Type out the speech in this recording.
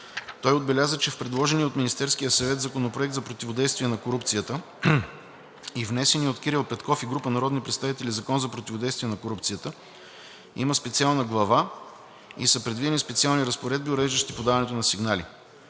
Той отбеляза, че в предложения от Министерския съвет Законопроект за противодействие на корупцията и внесения от Кирил Петков Петков и група народни представители Закон за противодействие на корупцията има специална глава и са предвидени специални разпоредби, уреждащи подаването на сигнали.